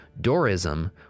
Dorism